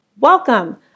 Welcome